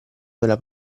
della